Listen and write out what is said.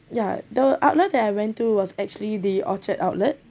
ya the outlet that I went to was actually the orchard outlet